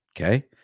okay